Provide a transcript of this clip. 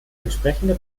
entsprechende